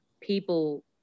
people